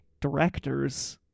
directors